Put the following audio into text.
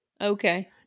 Okay